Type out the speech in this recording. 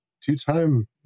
two-time